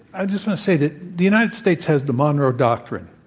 i just want to say that the united states has the monroe doctrine,